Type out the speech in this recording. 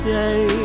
day